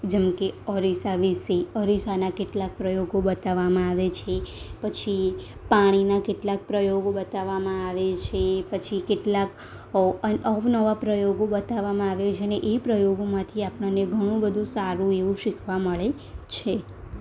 જેમકે અરીસા વિસે અરીસાના કેટલાક પ્રયોગો બતાવવામાં આવે છે પછી પાણીના કેટલાક પ્રયોગો બતાવવામાં આવે છે પછી કેટલાક અવનવા પ્રયોગો બતાવવામાં આવે છે ને એ પ્રયોગોમાંથી આપણને ઘણું બધુ સારું એવું શીખવા મળે છે